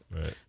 Right